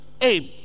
aim